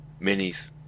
minis